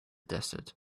desert